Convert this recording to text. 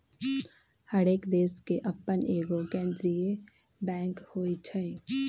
हरेक देश के अप्पन एगो केंद्रीय बैंक होइ छइ